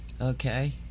Okay